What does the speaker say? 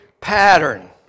pattern